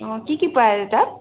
অঁ কি কি পায় তাত